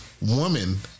woman